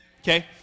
Okay